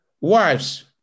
wives